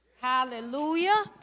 Hallelujah